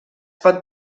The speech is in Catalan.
pot